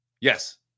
Yes